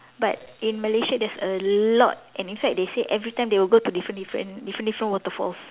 but in Malaysia there's a lot and in fact they say every time they will go to different different different different waterfalls